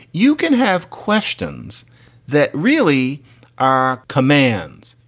you can have questions that really are commands.